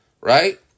right